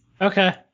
Okay